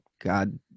God